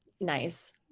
nice